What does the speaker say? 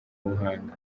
buhanga